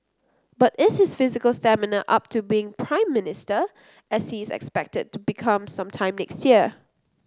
but is his physical stamina up to being Prime Minister as he is expected to become some time next year